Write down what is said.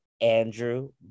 Andrew